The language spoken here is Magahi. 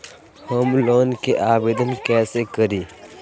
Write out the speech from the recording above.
होम लोन के आवेदन कैसे करि?